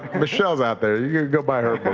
michelle's out there. you can go buy her